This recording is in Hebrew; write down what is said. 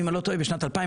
אם אני לא טועה בשנת 2021